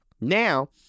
Now